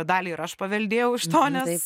dalį ir aš paveldėjau iš to nes